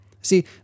See